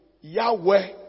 Yahweh